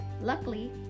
Luckily